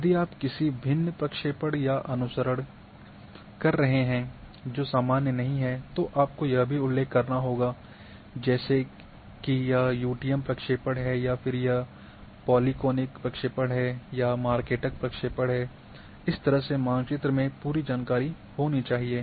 यदि आप किसी भिन्न प्रक्षेपण का अनुसरण कर रहे हैं जो सामान्य नहीं है तो आपको यह भी उल्लेख करना होगा जैसे कि यह यूटीएम प्रक्षेपण है या फिर यह पॉलीकोनिक प्रक्षेपण है या मारकेटर प्रक्षेपण इस तरह से मानचित्र में पूरी जानकारी होनी चाहिए